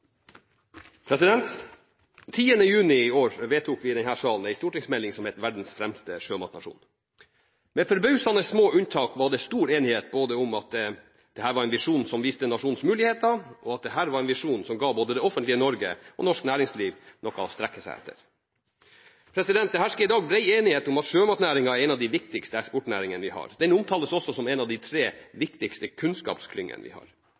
juni i år vedtok vi her i salen en stortingsmelding som het Verdens fremste sjømatnasjon. Med forbausende små unntak var det stor enighet både om at dette var en visjon som viste nasjonens muligheter, og at dette var en visjon som ga både det offentlige Norge og norsk næringsliv noe å strekke seg etter. Det hersker i dag bred enighet om at sjømatnæringa er en av de viktigste eksportnæringene vi har. Den omtales også som en av de tre viktigste kunnskapsklyngene vi har.